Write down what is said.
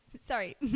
Sorry